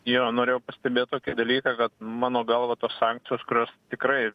jo norėjau pastebėt tokį dalyką kad mano galva tos sankcijos kurios tikrai